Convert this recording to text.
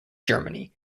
germany